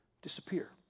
disappear